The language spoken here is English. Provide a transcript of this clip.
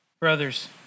brothers